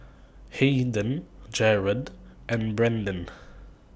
Hayden Jerrod and Brendan